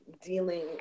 dealing